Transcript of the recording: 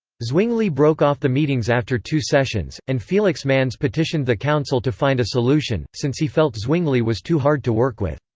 zwingli broke off the meetings after two sessions, and felix manz petitioned the council to find a solution, since he felt zwingli was too hard to work with.